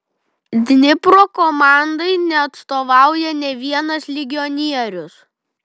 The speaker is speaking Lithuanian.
dnipro komandai neatstovauja nė vienas legionierius